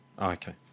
Okay